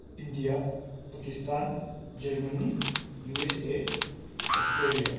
India Pakistan Germany USA Australia